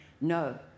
No